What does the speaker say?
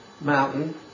mountain